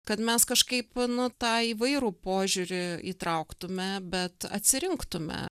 kad mes kažkaip nu tą įvairų požiūrį įtrauktume bet atsirinktume